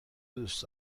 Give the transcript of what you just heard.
دوست